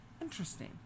interesting